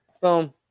Boom